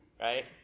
right